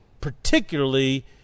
particularly